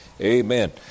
Amen